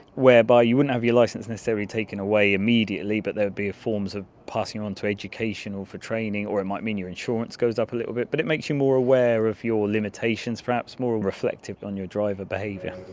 whereby you wouldn't have your licence necessarily taken away immediately but there would be forms of passing on to education or for training or it might mean your insurance goes up a little bit, but it makes you more aware of your limitations perhaps, more reflective on your driver behaviour.